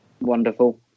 wonderful